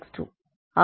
ஆகவே அந்தப்புள்ளி 2 0